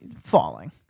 falling